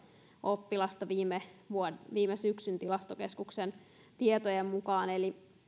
oppilasta viime syksyn tilastokeskuksen tietojen mukaan eli